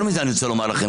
יותר מזה אני רוצה לומר לכם,